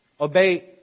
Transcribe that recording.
Obey